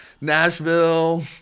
Nashville